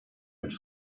mit